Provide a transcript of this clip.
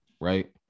right